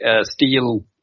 steel